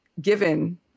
given